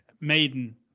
maiden